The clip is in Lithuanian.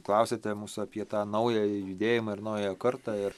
klausiate mūsų apie tą naująjį judėjimą ir naująją kartą ir